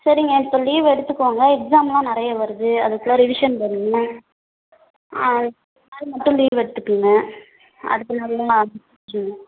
சரிங்க இப்போ லீவ் எடுத்துக்கோங்க எக்ஸாமெலாம் நிறைய வருது அதுக்கெலாம் ரிவிஷன் பண்ணணுமே ஆ அது மட்டும் லீவ் எடுத்துக்குங்க அடுத்த நாளெலாம் அனுப்ச்சு